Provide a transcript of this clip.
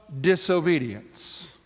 disobedience